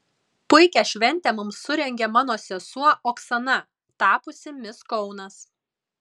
puikią šventę mums surengė mano sesuo oksana tapusi mis kaunas